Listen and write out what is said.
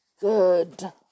good